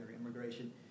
immigration